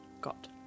got